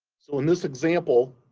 so in this example,